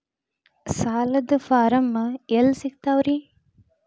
ಸಾಲದ ಫಾರಂ ಎಲ್ಲಿ ಸಿಕ್ತಾವ್ರಿ?